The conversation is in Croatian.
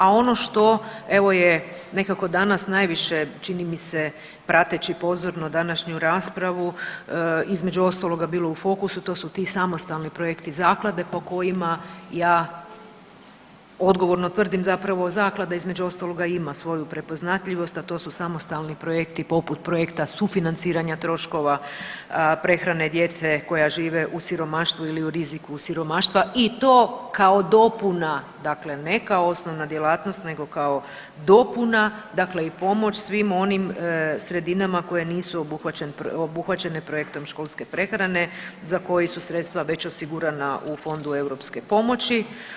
A ono što evo je nekako danas najviše čini mi se prateći pozorno današnju raspravu između ostaloga bilo u fokusu to su ti samostalni projekti zaklade po kojima ja odgovorno tvrdim, zapravo zaklada između ostalog i ima svoju prepoznatljivost, a to su samostalni projekti poput projekta sufinanciranja troškova prehrane djeve koja žive u siromaštvu ili u riziku od siromaštva i to kao dopuna, ne kao osnovna djelatnost nego kao dopuna i pomoć svim onim sredinama koje nisu obuhvaćene projektom školske prehrane za koji su sredstva već osigurana u Fondu europske pomoći.